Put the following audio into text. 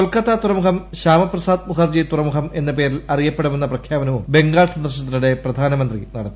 കൊൽക്കത്ത തുറമുഖം ശ്യാമപ്രസാദ് മുഖർജി ത്രുറമുഖം എന്ന പേരിൽ അറിയപ്പെടുമെന്ന പ്രഖ്യാപനവും ബംഗാൾ സ്റ്റ്ങ്ങ്ർർനത്തിനിടെ പ്രധാനമന്ത്രി നടത്തി